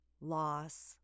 loss